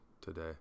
today